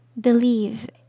believe